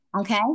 Okay